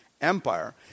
Empire